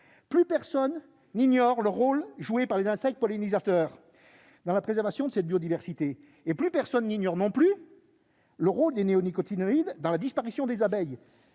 Plus personne n'ignore le rôle joué par les insectes pollinisateurs dans la préservation de cette biodiversité. Plus personne n'ignore non plus le rôle des néonicotinoïdes dans la disparition des abeilles.